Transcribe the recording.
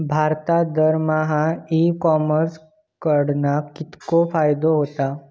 भारतात दरमहा e commerce कडणा कितको फायदो होता?